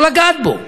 לא לגעת בו,